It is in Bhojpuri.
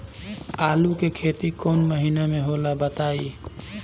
आलू के खेती कौन महीना में होला बताई?